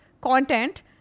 content